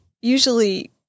usually